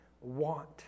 want